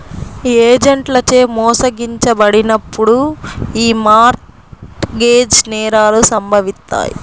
ఏజెంట్లచే మోసగించబడినప్పుడు యీ మార్ట్ గేజ్ నేరాలు సంభవిత్తాయి